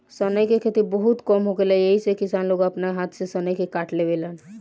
सनई के खेती बहुते कम होखेला एही से किसान लोग आपना हाथ से सनई के काट लेवेलेन